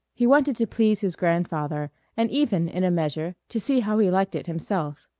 he wanted to please his grandfather and even, in a measure, to see how he liked it himself.